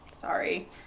sorry